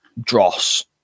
dross